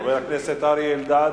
חבר הכנסת אריה אלדד?